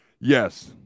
Yes